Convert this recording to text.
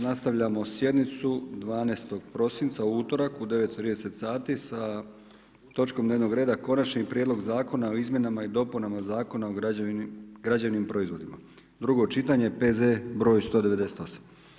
Nastavljamo sjednicu 12. prosinca u utorak u 9,30h sa točkom dnevnog reda Konačni prijedlog Zakona o izmjenama i dopunama Zakona o građevnim proizvodima, drugo čitanje, P.Z. br. 198.